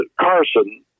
Carson